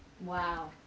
Wow